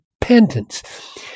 repentance